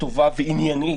טובה ועניינית,